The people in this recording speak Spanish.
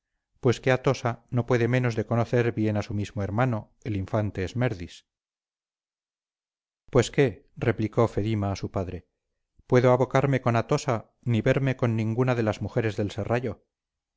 pues que atosa no puede menos de conocer bien a su mismo hermano el infante esmerdis pues qué replicó fedima a su padre puedo abocarme con atosa ni verme con ninguna de las mujeres del